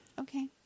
Okay